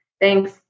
thanks